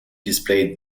displayed